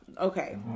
Okay